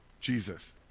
Jesus